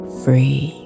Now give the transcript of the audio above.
free